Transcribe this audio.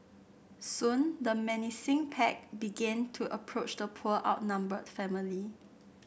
soon the menacing pack began to approach the poor outnumbered family